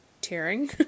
tearing